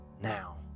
Now